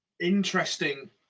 Interesting